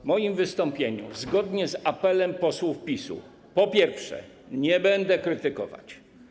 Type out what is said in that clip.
W moim wystąpieniu zgodnie z apelem posłów PiS-u, po pierwsze, nie będę krytykować.